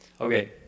Okay